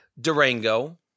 Durango